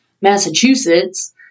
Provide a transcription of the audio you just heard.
Massachusetts